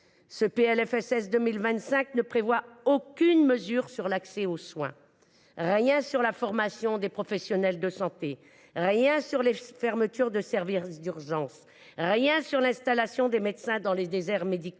Ce PLFSS pour 2025 ne prévoit aucune mesure sur l’accès aux soins, rien sur la formation des professionnels de santé, rien sur les fermetures de services d’urgences, rien sur l’installation des médecins dans les déserts médicaux,